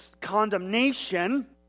condemnation